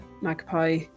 magpie